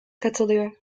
katılıyor